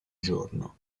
giorno